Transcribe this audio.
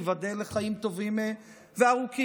ייבדל לחיים טובים וארוכים.